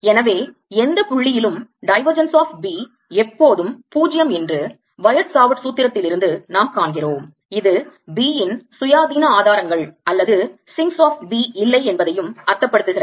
எனவே எந்த புள்ளியிலும் divergence of B எப்போதும் 0 என்று பயோட் சாவர்ட் சூத்திரத்திலிருந்து நாம் காண்கிறோம் இது B இன் சுயாதீன ஆதாரங்கள் அல்லது sinks of B இல்லை என்பதையும் அர்த்தப்படுத்துகிறது